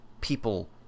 people